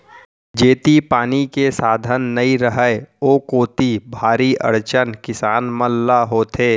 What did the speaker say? जेती पानी के साधन नइ रहय ओ कोती भारी अड़चन किसान मन ल होथे